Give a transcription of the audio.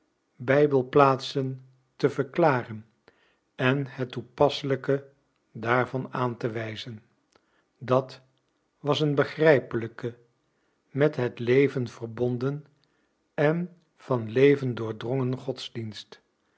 bijbelplaatsen te verklaren en het toepasselijke daarvan aan te wijzen dat was een begrijpelijke met het leven verbonden en van leven doordrongen godsdienst